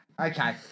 Okay